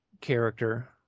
character